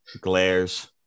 glares